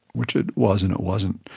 which it was and it wasn't.